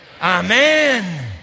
Amen